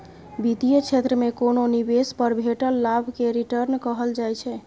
बित्तीय क्षेत्र मे कोनो निबेश पर भेटल लाभ केँ रिटर्न कहल जाइ छै